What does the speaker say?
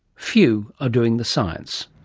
few are doing the science.